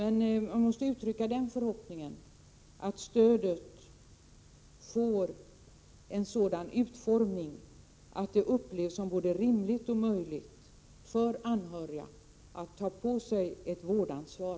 Jag vill ändå uttrycka den förhoppningen att stödet får en sådan utformning att det upplevs som både rimligt och möjligt för anhöriga att ta på sig ett vårdansvar.